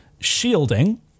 shielding